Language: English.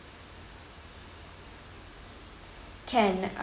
can